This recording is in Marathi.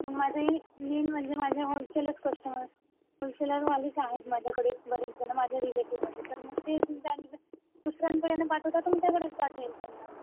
मग माझे मेन म्हणजे माझे होलसेलच कस्टमर होलसेलरवालेच आहेत माझ्याकडे बरेच जण माझे रिलेटिव्हमध्ये तर मग ते दुसऱ्यांकडे न पाठवता तुमच्याकडेच पाठवेल त्यांना